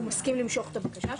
הוא הסכים למשוך את הבקשה שלו?